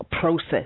process